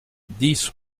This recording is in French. dix